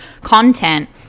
content